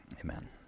Amen